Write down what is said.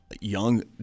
young